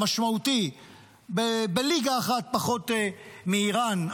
המשמעותי בליגה אחת פחות מאיראן,